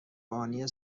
بانی